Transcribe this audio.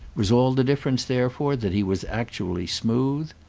was all the difference therefore that he was actually smooth?